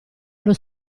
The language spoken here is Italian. allo